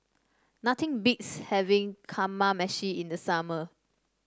nothing beats having Kamameshi in the summer